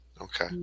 Okay